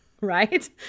right